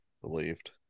believed